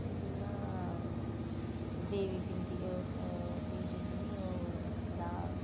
जि'यां देबी पिंडी ओह् स देबी पिंडी नेईं ओह् जेह्ड़ा